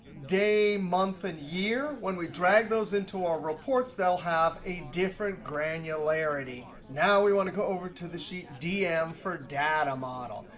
day, month, and year. when we drag those into our reports, they'll have a different granularity. now we want to go over to the sheet dm for a data model.